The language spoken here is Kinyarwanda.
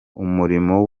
umurimo